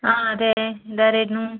ആ അതേ ഇത് ആരായിരുന്നു